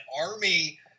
army